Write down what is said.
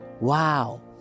Wow